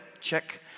check